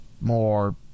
more